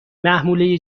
محموله